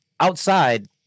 outside